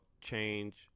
change